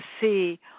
see